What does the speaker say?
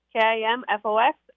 K-I-M-F-O-X